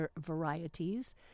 varieties